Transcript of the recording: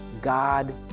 God